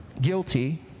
guilty